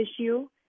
issue